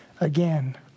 Again